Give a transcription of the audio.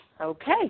Okay